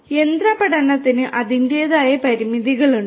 എന്നാൽ യന്ത്ര പഠനത്തിന് അതിന്റേതായ പരിമിതികളുണ്ട്